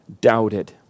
doubted